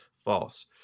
False